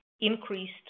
increased